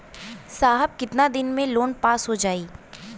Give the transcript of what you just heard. साहब कितना दिन में लोन पास हो जाई?